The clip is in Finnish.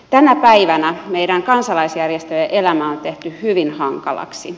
tänä päivänä meidän kansalaisjärjestöjen elämä on tehty hyvin hankalaksi